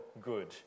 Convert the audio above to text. good